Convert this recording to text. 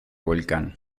volcán